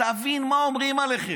תבין מה אומרים עליכם.